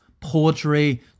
poetry